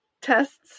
tests